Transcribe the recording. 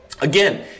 again